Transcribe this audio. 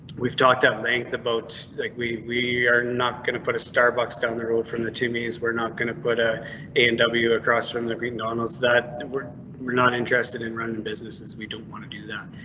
we've talked at length about like we we are not going to put a starbucks down the road from the two means. we're not going to put a a and w across from the green donald's that were were not interested in running businesses. we don't want to do that.